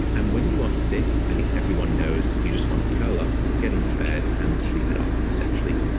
and when you are sick, i think everyone knows you just want to curl up, get into bed and sleep it off, essentially.